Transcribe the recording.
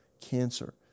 cancer